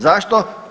Zašto?